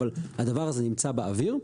אבל הדבר הזה נמצא באוויר.